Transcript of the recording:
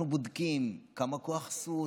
אנחנו בודקים כמה כוח סוס,